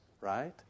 right